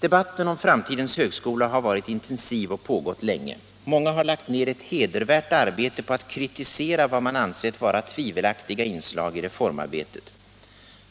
Debatten om framtidens högskola har varit intensiv och pågått länge. Många har lagt ner ett hedervärt arbete på att kritisera vad man ansett vara tvivelaktiga inslag i reformarbetet.